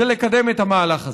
זה לקדם את המהלך הזה.